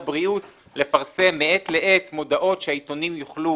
הבריאות לפרסם מעת לעת מודעות שהעיתונים יוכלו